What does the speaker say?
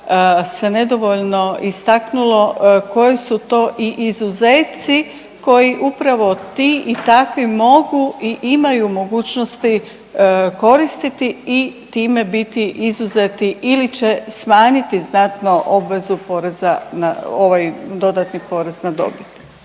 se nedovoljno istaknulo koji su to i izuzeci koji upravo ti i takvi mogu i imaju mogućnosti koristiti i time biti izuzeti ili će smanjiti znatno obvezu poreza na ovaj dodatni porez na dobit.